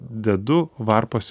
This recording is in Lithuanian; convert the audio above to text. dedu varpos